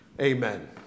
Amen